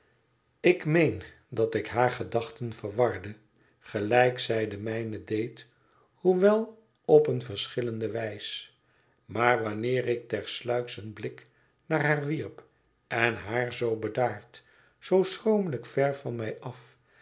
ik meen dat ik hare gedachten verwarde gelijk zij de mijne deed hoewel op eene verschillende wijs maar wanneer ik tersluiks een blik naar haar wierp en haar zoo bedaard zoo schromelijk ver van mij af